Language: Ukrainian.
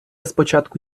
спочатку